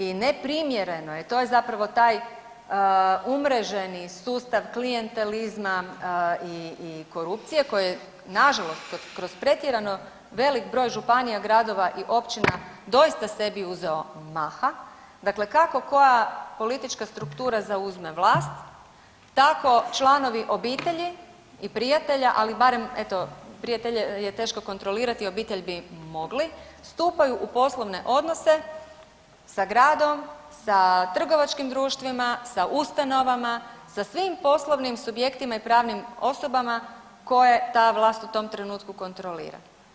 I neprimjerno je to je zapravo taj umreženi sustav klijentelizma i korupcije koje nažalost kroz pretjerano velik broj županija, gradova i općina doista sebi uzeo maha, dakle kako koja politička struktura zauzme vlast tako članovi obitelji i prijatelja, ali barem eto prijatelje je teško kontrolirati, obitelj bi mogli, stupaju u poslovne odnose sa gradom, sa trgovačkim društvima, sa ustanovama, sa svim poslovnim subjektima i pravnim osobama koje ta vlast u tom trenutku kontrolira.